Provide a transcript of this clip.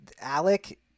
Alec